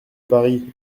paris